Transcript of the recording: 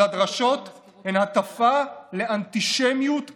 הן הטפה לאנטישמיות פרועה.